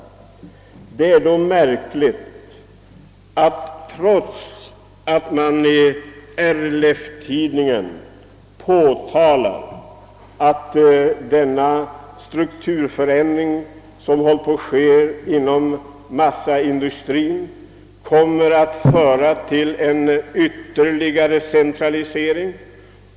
även i RLF-tidningen har man påtalat att den strukturförändring som nu genomförs inom massaindustrien kommer att leda till ytterligare centralisering.